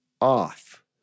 off